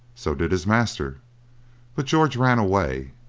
so did his master but george ran away,